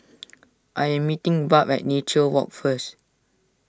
I am meeting Barb at Nature Walk first